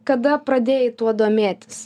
kada pradėjai tuo domėtis